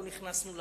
לא נכנסנו לפרטים.